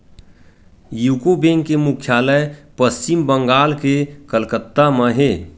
UCO bank के मुख्यालय पस्चिम बंगाल के कलकत्ता म हे